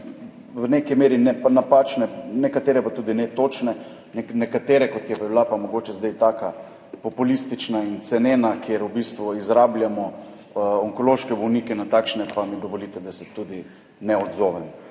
v neki meri napačne, nekatere pa tudi netočne, na nekatere, kot je bila pa mogoče zdaj taka populistična in cenena, kjer v bistvu izrabljamo onkološke bolnike, na takšne pa mi dovolite, da se tudi ne odzovem.